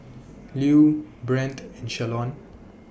Lue Brent and Shalon